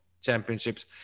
Championships